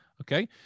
Okay